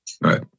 Right